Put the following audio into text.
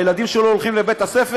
הילדים שלו לא הולכים לבית הספר,